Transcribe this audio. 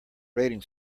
rating